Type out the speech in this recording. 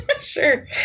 Sure